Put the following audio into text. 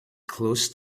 close